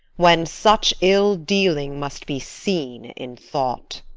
when such ill dealing must be seen in thought.